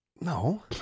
No